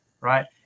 Right